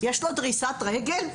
יש לו דריסת רגל?